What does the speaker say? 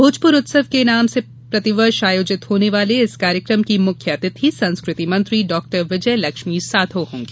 भोजपुर उत्सव के नाम से प्रतिवर्ष आयोजित होने वाले इस कार्यक्रम की मुख्य अतिथि संस्कृति मंत्री डाक्टर विजयलक्ष्मी साधौ होंगी